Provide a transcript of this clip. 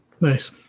Nice